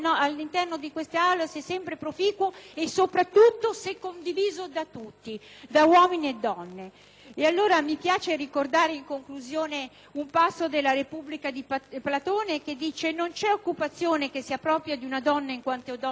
e donne. Mi piace ricordare, in conclusione, un passo tratto dalla Repubblica di Platone, dove è scritto che non c'è un'occupazione che sia propria di una donna in quanto donna né di un uomo in quanto uomo, perché le attitudini naturali sono parimenti conferite ad entrambi e natura vuole